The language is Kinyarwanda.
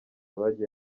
bagiye